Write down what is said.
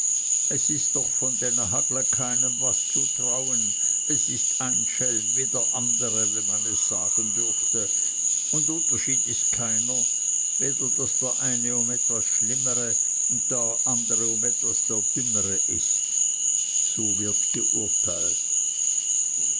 es ist doch von denen hagle keinem was zu trauen es ist ein schelm wie der andere wenn man es sagen dürfte und unterschied ist keiner weder daß der eine um etwas der schlimmere und der andere um etwas der dümmere ist so wird geurteilt